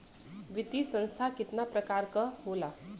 वित्तीय संस्था कितना प्रकार क होला?